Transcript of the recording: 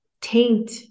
taint